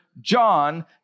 John